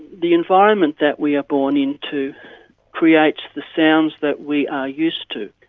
the environment that we are born into creates the sounds that we are used to,